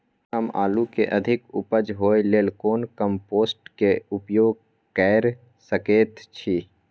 हम आलू के अधिक उपज होय लेल कोन कम्पोस्ट के उपयोग कैर सकेत छी?